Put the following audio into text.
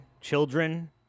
children